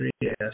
yes